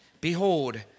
Behold